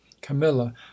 Camilla